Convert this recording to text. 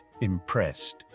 impressed